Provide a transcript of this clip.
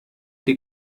die